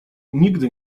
nigdy